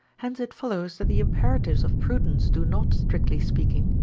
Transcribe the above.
hence it follows that the imperatives of prudence do not, strictly speaking,